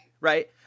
right